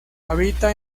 habita